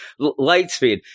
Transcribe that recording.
Lightspeed